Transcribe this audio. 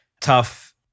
tough